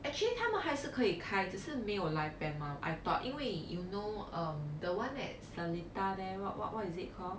actually 他们还是可以开只是没有 live band mah I thought 因为 you know um the one at seletar there what what what is it call